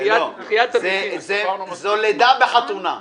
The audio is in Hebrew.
זה לידה בחתונה.